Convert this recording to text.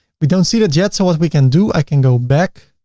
we don't see that yet so what we can do? i can go back.